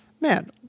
man